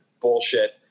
bullshit